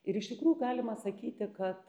ir iš tikrųjų galima sakyti kad